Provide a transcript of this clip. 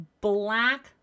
black